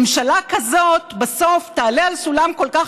ממשלה כזאת בסוף תעלה על סולם כל כך